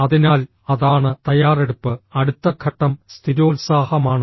അതിനാൽ അതാണ് തയ്യാറെടുപ്പ് അടുത്ത ഘട്ടം സ്ഥിരോത്സാഹമാണ്